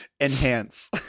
Enhance